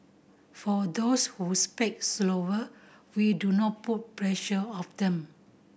for those whose pack slower we do not put pressure of them